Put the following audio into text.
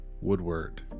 Woodward